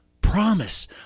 promise